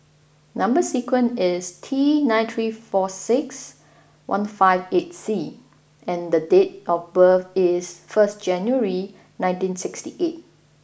number sequence is T nine three four six one five eight C and date of birth is first January nineteen sixty eight